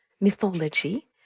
mythology